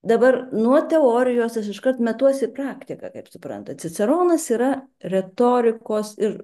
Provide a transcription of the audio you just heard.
dabar nuo teorijos aš iškart metuosi į praktiką kaip suprantat ciceronas yra retorikos ir